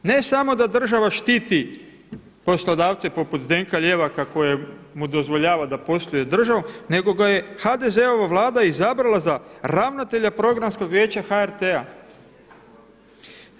Ne samo da država štiti poslodavce poput Zdenka Ljevaka kojemu dozvoljava da posluje državom nego ga je HDZ-ova Vlada izabrala za ravnatelja programskog vijeća HRT-a.